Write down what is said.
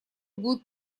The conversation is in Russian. будут